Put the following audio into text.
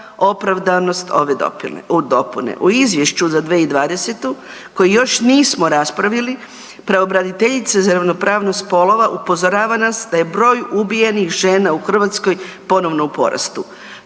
opravdanost ove dopune. U izvješću za 2020. koji još nismo raspravili pravobraniteljica za ravnopravnost spolova upozorava nas da je broj ubijenih žena u Hrvatskoj ponovno u porastu.